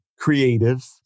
creative